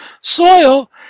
soil